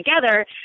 together